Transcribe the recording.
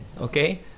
okay